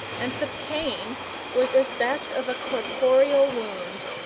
and the pain was as that of a corporeal wound.